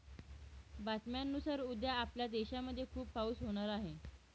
बातम्यांनुसार उद्या आपल्या देशामध्ये खूप पाऊस होणार आहे